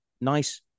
nice